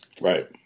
Right